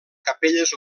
capelles